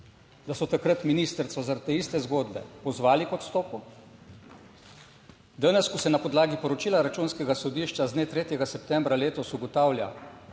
da so takrat ministrico zaradi te iste zgodbe pozvali k odstopu. Danes, ko se na podlagi poročila Računskega sodišča z dne 3. septembra letos ugotavlja,